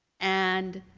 and